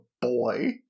boy